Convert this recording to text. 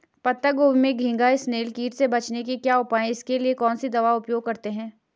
पत्ता गोभी में घैंघा इसनैल कीट से बचने के क्या उपाय हैं इसके लिए कौन सी दवा का प्रयोग करते हैं?